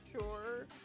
sure